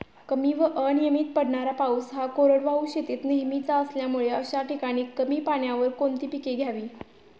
कमी व अनियमित पडणारा पाऊस हा कोरडवाहू शेतीत नेहमीचा असल्यामुळे अशा ठिकाणी कमी पाण्यावर कोणती पिके घ्यावी?